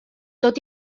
tot